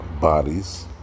bodies